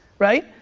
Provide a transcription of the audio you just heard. right,